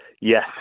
yes